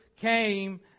came